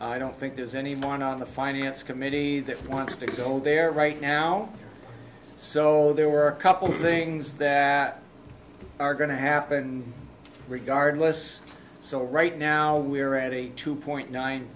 i don't think there's anyone on the finance committee that wants to go there right now so there were a couple of things that are going to happen regardless so right now we're at a two point nine